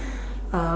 um